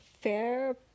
fair